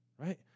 right